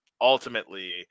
ultimately